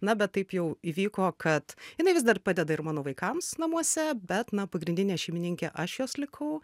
na bet taip jau įvyko kad jinai vis dar padeda ir mano vaikams namuose bet na pagrindinė šeimininkė aš jos likau